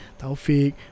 Taufik